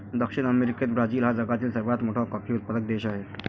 दक्षिण अमेरिकेत ब्राझील हा जगातील सर्वात मोठा कॉफी उत्पादक देश आहे